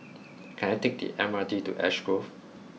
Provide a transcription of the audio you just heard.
can I take the M R T to Ash Grove